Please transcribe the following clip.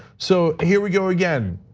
so here we go again.